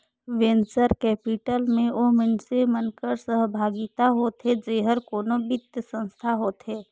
venture capital में ओ मइनसे मन कर सहभागिता होथे जेहर कोनो बित्तीय संस्था होथे